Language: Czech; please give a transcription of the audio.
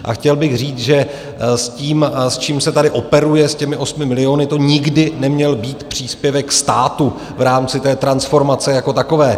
A chtěl bych říct, že to, s čím se tady operuje, s těmi 8 miliony , to nikdy neměl být příspěvek státu v rámci té transformace jako takové.